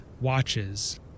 watches